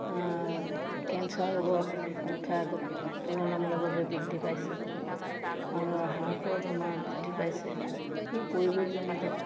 cancer ৰোগৰ সংখ্যা আগতকৈ তুলনামূলকভাৱে বৃদ্ধি পাইছে মানুহৰ হাৰ্টৰ বেমাৰ বৃদ্ধি পাইছে এই পৰিৱেশজনিত